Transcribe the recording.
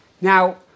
Now